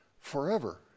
forever